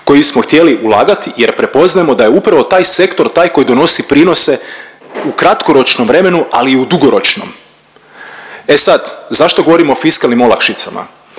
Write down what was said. koji smo htjeli ulagati jer prepoznajemo da je upravo taj sektor taj koji donosi prinose u kratkoročnom vremenu ali i u dugoročnom. E sad zašto govorim o fiskalnim olakšicama?